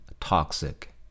toxic